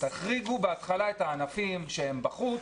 תחריגו בהתחלה את הענפים שהם בחוץ,